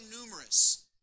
numerous